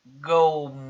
go